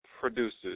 produces